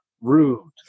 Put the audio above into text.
Rude